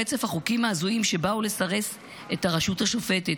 רצף החוקים ההזויים שבאו לסרס את הרשות השופטת,